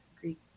Greek